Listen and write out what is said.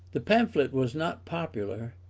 the pamphlet was not popular,